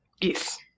Yes